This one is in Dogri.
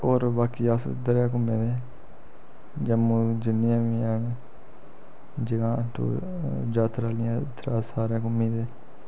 होर बाकी अस उद्धर गै घूमे दे जम्मू जिन्नियां बी हैन जगह् ट्यू जात्तरा आह्लियां इद्धर सारै घूमे दे